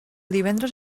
divendres